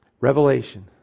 Revelation